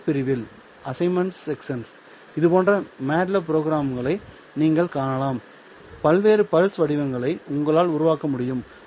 பணிகள் பிரிவில் இதுபோன்ற மெட்லாப் புரோகிராம்களை நீங்கள் காணலாம் பல்வேறு பல்ஸ் வடிவங்களை உங்களால் உருவாக்க முடியும்